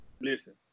listen